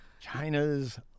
China's